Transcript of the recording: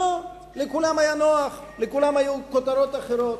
לא, לכולם היה נוח, לכולם היו כותרות אחרות.